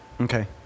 Okay